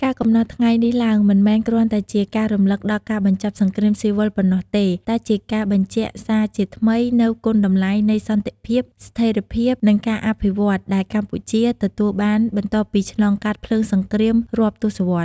ការកំណត់ថ្ងៃនេះឡើង មិនមែនគ្រាន់តែជាការរំលឹកដល់ការបញ្ចប់សង្គ្រាមស៊ីវិលប៉ុណ្ណោះទេ តែជាការបញ្ជាក់សារជាថ្មីនូវគុណតម្លៃនៃ សន្តិភាព ស្ថេរភាព និងការអភិវឌ្ឍន៍ ដែលកម្ពុជាទទួលបានបន្ទាប់ពីឆ្លងកាត់ភ្លើងសង្គ្រាមរាប់ទសវត្សរ៍។